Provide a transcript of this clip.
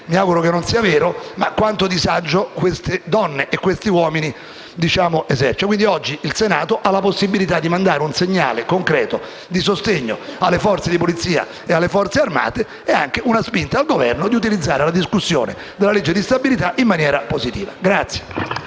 mi auguro che non sia vero, per dire quanto disagio queste donne e questi uomini stanno vivendo. Oggi il Senato ha la possibilità di mandare un segnale concreto di sostegno alle forze di polizia e alle Forze armate e anche una spinta al Governo per utilizzare la discussione sulla legge di stabilità in maniera positiva.